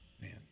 Man